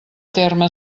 terme